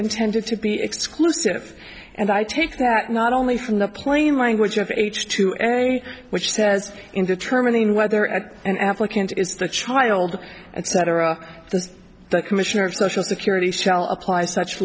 intended to be exclusive and i take that not only from the plain language of h two n a which says in determining whether at an applicant is the child and cetera the commissioner of social security shall apply such